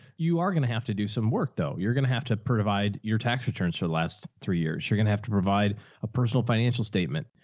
you are going to have to do some work though. you're going to have to provide your tax returns for the last three years. you're going to have to provide a personal financial statement.